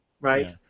right